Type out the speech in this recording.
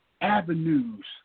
avenues